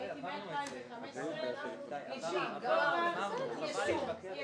הישיבה ננעלה בשעה 09:50.